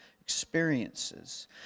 experiences